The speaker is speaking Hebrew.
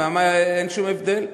אין שום הבדל.